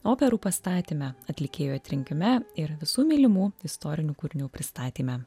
operų pastatyme atlikėjų atrinkime ir visų mylimų istorinių kūrinių pristatyme